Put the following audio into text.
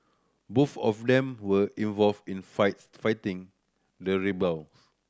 both of them were involved in flights fighting the rebels